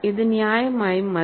ഇത് ന്യായമായും മതി